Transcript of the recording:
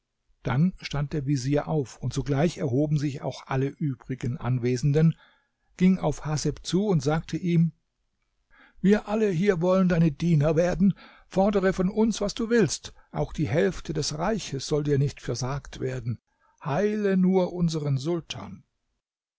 dann stand der vezier auf und sogleich erhoben sich auch alle übrigen anwesenden ging auf haseb zu und sagte ihm wir alle hier wollen deine diener werden fordere von uns was du willst auch die hälfte des reiches soll dir nicht versagt werden heile nur unseren sultan